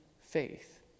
faith